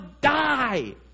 die